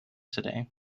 today